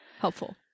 helpful